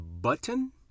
button